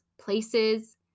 places